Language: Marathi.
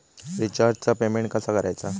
रिचार्जचा पेमेंट कसा करायचा?